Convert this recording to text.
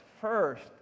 First